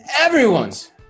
everyone's